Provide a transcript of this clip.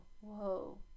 whoa